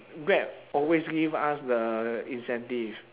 grab always give us the incentive